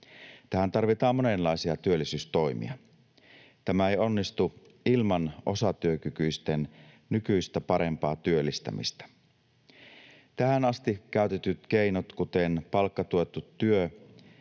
Tähän tarvitaan monenlaisia työllisyystoimia. Tämä ei onnistu ilman osatyökykyisten nykyistä parempaa työllistämistä. Tähän asti käytetyt keinot, kuten palkkatuettu työ,